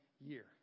year